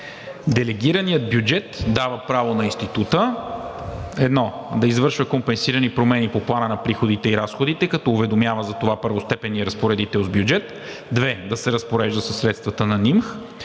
„Делегираният бюджет дава право на Института: 1. да извършва компенсирани промени по плана на приходите и разходите, като уведомява за това първостепенния разпоредител с бюджет; 2. да се разпорежда със средствата на НИМХ;